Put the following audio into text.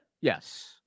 Yes